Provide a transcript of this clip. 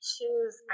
choose